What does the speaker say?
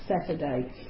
Saturday